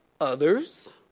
others